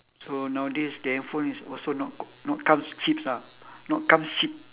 so nowadays the handphone is also not not comes cheap ah not comes cheap